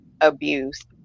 abuse